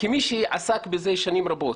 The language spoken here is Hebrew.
כמי שעסק בזה שנים רבות